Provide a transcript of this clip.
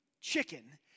chicken